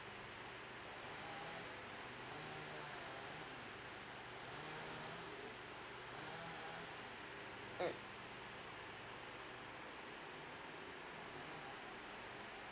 mm